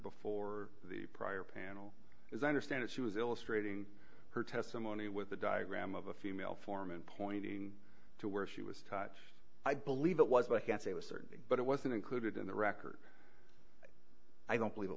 before the prior panel is understand she was illustrating her testimony with a diagram of a female form and pointing to where she was touched i believe it was i can't say with certainty but it wasn't included in the record i don't believe it